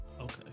Okay